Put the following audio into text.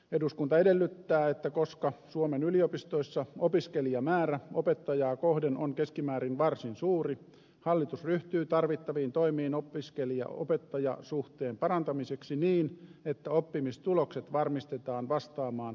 eduskunta edellyttää että koska suomen yliopistoissa opiskelijamäärä opettajaa kohden on keskimäärin varsin suuri hallitus ryhtyy tarvittaviin toimiin opiskelijaopettaja suhteen parantamiseksi niin että oppimistulokset varmistetaan vastaamaan kansainvälistä tasoa